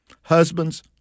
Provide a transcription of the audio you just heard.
Husbands